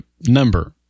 number